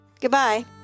Goodbye